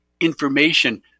information